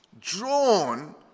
Drawn